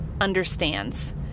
understands